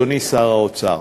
אדוני שר האוצר.